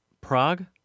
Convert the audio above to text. Prague